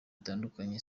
bitandukanye